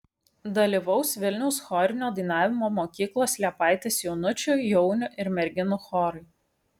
dalyvaus vilniaus chorinio dainavimo mokyklos liepaitės jaunučių jaunių ir merginų chorai